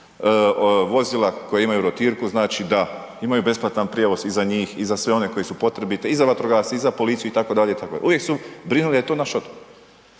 vozila koja imaju rotirku, znači da imaju besplatan prijevoz i za njih i za sve one koji su potrebiti i za vatrogasce i za policiju, itd., itd. Uvijek su brinuli da je to naš